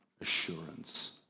assurance